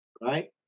right